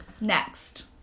next